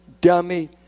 dummy